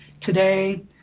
Today